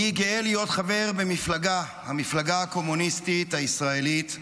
אני גאה להיות חבר במפלגה הקומוניסטית הישראלית,